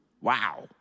Wow